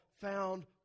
found